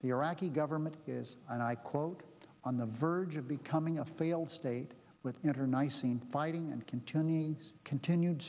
the iraqi government is and i quote on the verge of becoming a failed state with her nice scene fighting and continuing continued